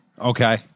Okay